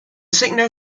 signal